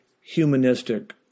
humanistic